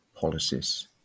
policies